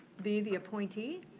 be the appointee.